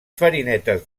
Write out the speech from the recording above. farinetes